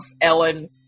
Ellen